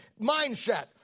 mindset